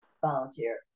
volunteer